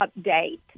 update